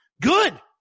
good